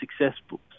successful